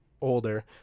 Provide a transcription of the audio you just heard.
older